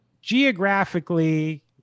geographically